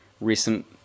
recent